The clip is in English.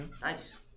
Nice